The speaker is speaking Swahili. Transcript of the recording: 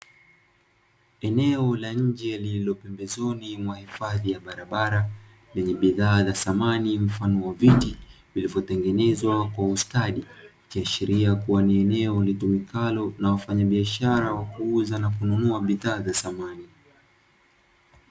Eneo la nje lililopembezoni mwa hifadhi ya barabara lenye bidhaa za samani mfano wa viti vilivyotengenezwa kwa ustadi; ikiashiria kuwa ni eneo litumikalo na wafanyabiashara wa kuuza na kununua bidhaa za samani.